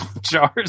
jars